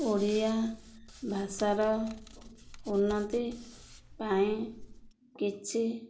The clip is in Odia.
ଓଡ଼ିଆ ଭାଷାର ଉନ୍ନତି ପାଇଁ କିଛି